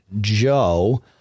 Joe